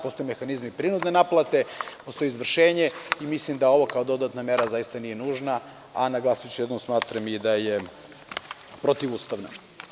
Postoje mehanizmi prinudne naplate, postoji izvršenje i mislim da ovo kao dodatna mera zaista nije nužno, a naglasiću još jednom - smatram i da je protivustavna.